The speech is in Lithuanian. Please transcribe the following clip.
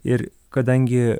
ir kadangi